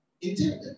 intended